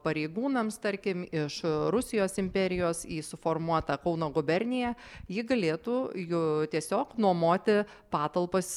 pareigūnams tarkim iš rusijos imperijos į suformuotą kauno guberniją ji galėtų ju tiesiog nuomoti patalpas